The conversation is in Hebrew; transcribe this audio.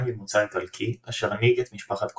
ממוצא איטלקי אשר הנהיג את משפחת קולומבו,